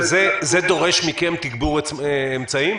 זה דורש מכם תגבור אמצעים?